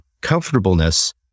comfortableness